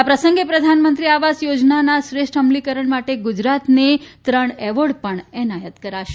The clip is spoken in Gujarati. આ પ્રસંગે પ્રધાનમંત્રી આવાસ યોજનાના શ્રેષ્ઠ અમલીકરણ માટે ગુજરાતને ત્રણ એવોર્ડ પણ એનાયત કરાશે